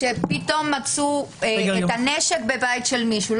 יש מודיעין שפתאום מצאו את הנשק בבית של מישהו,